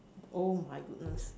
oh my goodness